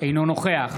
אינו נוכח